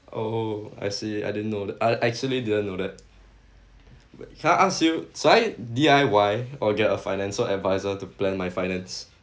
oh I see I didn't know that I actually didn't know that can ask you should I D_I_Y or get a financial adviser to plan my finance